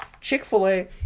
Chick-fil-A